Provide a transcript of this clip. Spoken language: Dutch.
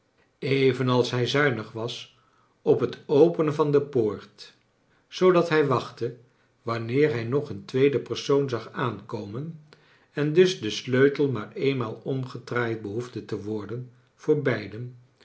evenals hij zuinig was op het openen van de poort zoodat hij wachtte wanneer hij nog een tweede persoon zag aankomen en dus de sleutel maar eenmaal omgedraaid behoefde te worden voor beiden